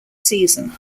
season